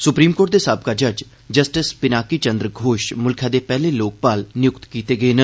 supreme court दे साबका जज जस्टिस पिनाकी चन्द्र घोष मूल्खै दे पैहले लोकपाल निय्क्त कीते गेन